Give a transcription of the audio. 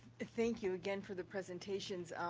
thank you again for the presentations,